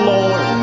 Lord